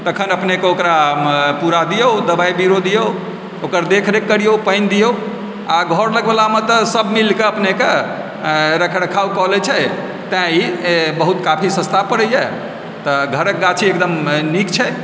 तखन अपनेक ओकरा पूरा दिऔ दबाइ दिऔ ओकर देखरेख करियौ पानि दिऔ आ घरक वालामे तऽ सभ मिलकऽ अपनेक रखरखाव कऽ लै छै तैं ई बहुत काफी सस्ता परैए तऽ घरक गाछी एकदम नीक छै